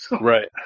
Right